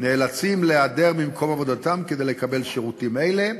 נאלצים להיעדר ממקום עבודתם כדי לקבל שירותים אלה,